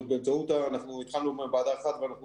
אנחנו התחלנו עם מעבדה אחת ואנחנו